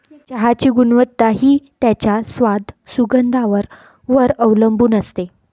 चहाची गुणवत्ता हि त्याच्या स्वाद, सुगंधावर वर अवलंबुन असते